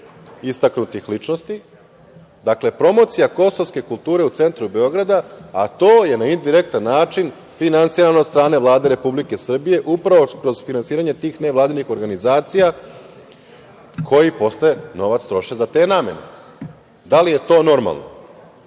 istaknutih ličnosti. Dakle, promocija kosovske kulture u centru Beograda, a to je na indirektan način finansirano od strane Vlade Republike Srbije, upravo kroz finansiranje tih nevladinih organizacija koje postaje i novac troše za te namene. Da li je to normalno